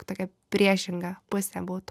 tokia priešinga pusė būtų